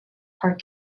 are